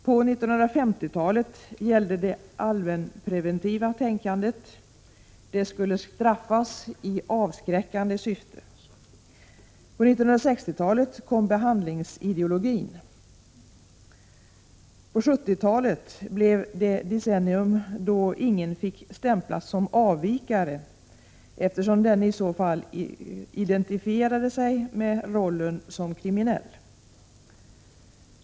På 1950-talet gällde det allmänpreventiva tänkandet: brottslingar skulle straffas i avskräckande syfte. På 1960-talet kom behandlingsideologin. 1970-talet blev det decennium då ingen fick stämplas som avvikare, eftersom han i så fall identifierade sig med rollen som kriminell.